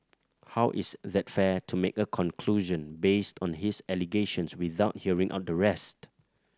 how is that fair to make a conclusion based on his allegations without hearing out the rest